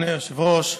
אדוני היושב-ראש,